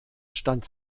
stand